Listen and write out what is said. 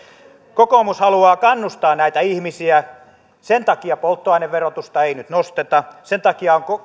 kokoomus haluaa kannustaa näitä ihmisiä sen takia polttoaineverotusta ei nyt nosteta sen takia on